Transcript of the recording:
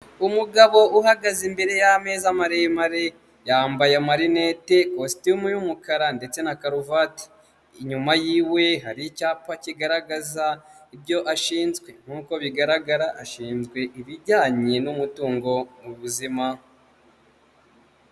Umugabo uhagaze imbere y'ameza maremare yambaye marinete ikositimu y'umukara ndetse na karuvati inyuma yi'iwe hari icyapa kigaragaza ibyo ashinzwe nk'uko bigaragara ashinzwe ibijyanye n'umutungo ubuzima.